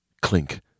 Clink